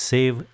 Save